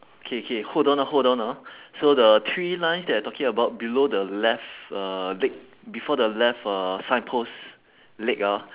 okay okay hold on ah hold on ah so the three lines that you're talking about below the left uh leg before the left uh signpost leg ah